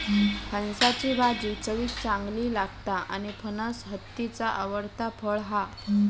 फणसाची भाजी चवीक चांगली लागता आणि फणस हत्तीचा आवडता फळ हा